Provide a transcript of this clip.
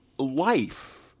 life